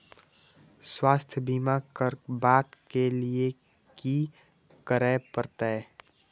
स्वास्थ्य बीमा करबाब के लीये की करै परतै?